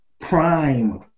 prime